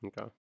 Okay